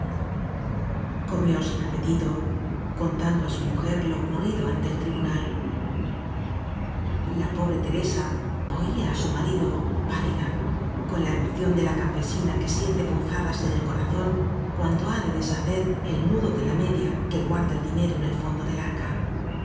comió sin apetito contando á su mujer lo ocurrido en el tribunal la pobre teresa oía á su marido pálida con la emoción de la campesina que siente punzadas en el corazón cuando ha de deshacer el nudo de la media que guarda el dinero en el fondo del arca